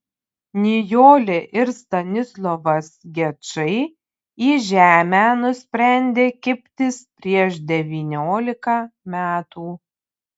nijolė ir stanislovas gečai į žemę nusprendė kibtis prieš devyniolika metų